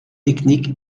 technique